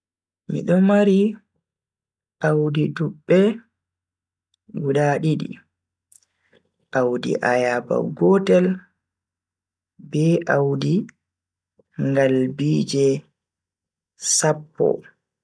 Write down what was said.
Mido mari audi dubbe guda didi, audi ayaba gotel be audi ngalbiije sappo.